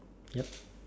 yup